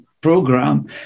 program